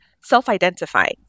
self-identifying